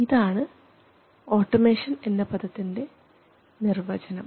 ഇതാണ് ഓട്ടോമേഷൻ എന്ന പദത്തിൻറെ നിർവചനം